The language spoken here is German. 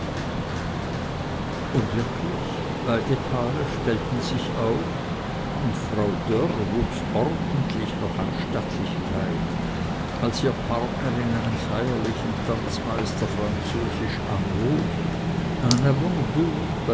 und wirklich beide paare stellten sich auf und frau dörr wuchs ordentlich noch an stattlichkeit als ihr partner in einem feierlichen tanzmeister französisch anhob